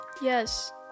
Yes